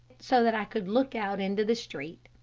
so that i could look out into the street.